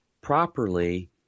properly